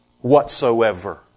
whatsoever